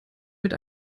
mit